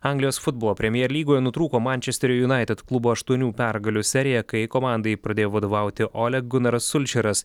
anglijos futbolo premier lygoj nutrūko mančesterio united klubo aštuonių pergalių serija kai komandai pradėjo vadovauti olia gunaras sulčeras